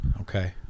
Okay